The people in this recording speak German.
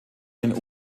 einen